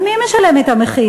אז מי משלם את המחיר?